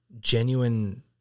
genuine